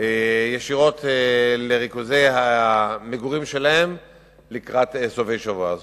ישירות לריכוזי המגורים שלהם לקראת סופי שבוע.